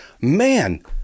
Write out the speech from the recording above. man